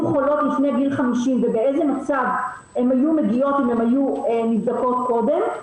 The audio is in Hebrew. חולות לפני גיל 50 ובאיזה מצב הן היו מגיעות אם הן היו נבדקות קודם,